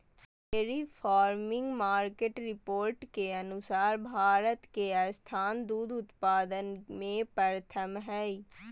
dairy farming market report के अनुसार भारत के स्थान दूध उत्पादन में प्रथम हय